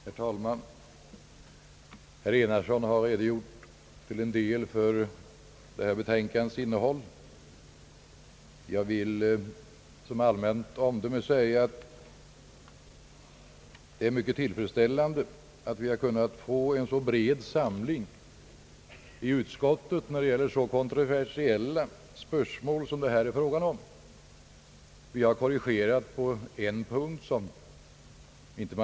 Herr talman! Herr Skårman har redogjort för en del av betänkandets innehåll. Jag vill som allmänt omdöme säga, att det är mycket tillfredsställande att vi kunnat få en så bred samling inom utskottet när det gäller så kontroversiella spörsmål som det här är fråga om. Vi har korrigerat propositionen på en punkt.